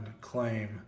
claim